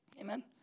Amen